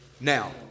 Now